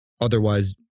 otherwise